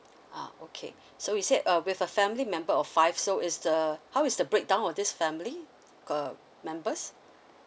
ah okay so you said uh with a family member of five so is the how is the breakdown of this family uh members